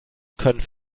können